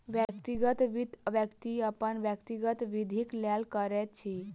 व्यक्तिगत वित्त, व्यक्ति अपन व्यक्तिगत वृद्धिक लेल करैत अछि